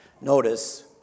Notice